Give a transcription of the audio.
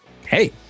Hey